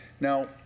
Now